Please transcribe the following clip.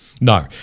No